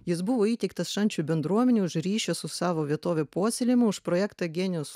jis buvo įteiktas šančių bendruomenei už ryšio su savo vietove puoselėjimą už projektą genius